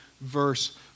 verse